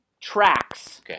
tracks